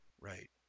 Right